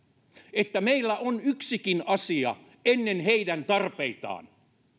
että meillä on yksikin asia ennen heidän tarpeitaan